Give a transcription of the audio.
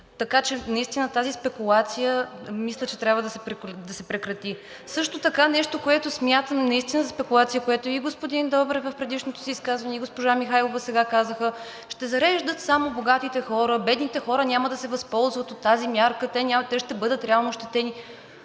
Така че наистина мисля, че тази спекулация трябва да се прекрати. Също така нещо, което смятам наистина за спекулация, което и господин Добрев в предишното си изказване, и госпожа Михайлова сега казаха, че ще зареждат само богатите хора, а бедните няма да се възползват от тази мярка и те ще бъдат реално ощетени.